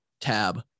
tab